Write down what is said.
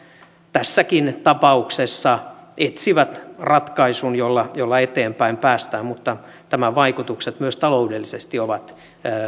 tässäkin tapauksessa etsivät ratkaisun jolla jolla eteenpäin päästään mutta tämän vaikutukset myös taloudellisesti ovat